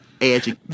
edge